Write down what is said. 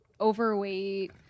overweight